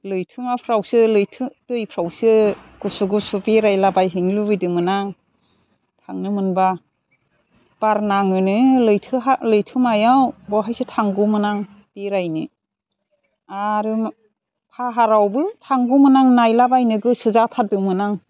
लैथोमाफ्रावसो लैथो दैफ्रावसो गुसु गुसु बेरायलाबायहैनो लुबैदोंमोन आं थांनो मोनबा बार नाङोनो लैथो लैथोमायाव बैहायसो थांगौमोन आं बेरायनो आरो फाहारावबो थांगौमोन आं नायलाबायनो गोसो जाथारदोंमोन आं